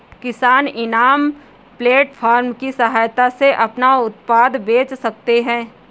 किसान इनाम प्लेटफार्म की सहायता से अपना उत्पाद बेच सकते है